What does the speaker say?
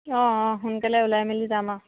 অঁ অঁ সোনকালে ওলাই মেলি যাম আৰু